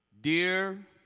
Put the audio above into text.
Dear